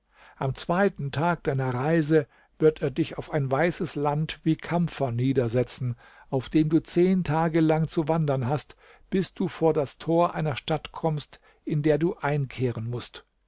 am zweiten tag deiner reise wird er dich auf ein weißes land wie kampfer niedersetzen auf dem du zehn tage lang zu wandern hast bis du vor das tor einer stadt kommst in der du einkehren mußt